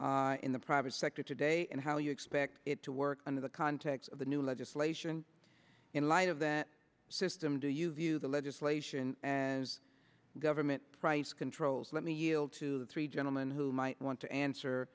works in the private sector today and how you expect it to work in the context of the new legislation in light of that system do you view the legislation as government price controls let me yield to the three gentlemen who might want to answer